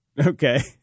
okay